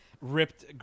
ripped